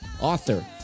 author